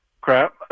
crap